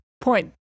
point